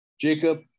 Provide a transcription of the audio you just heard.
Jacob